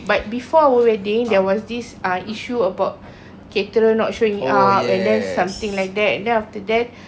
but before our wedding there was this uh issue about caterer not showing up and there's something like that then after that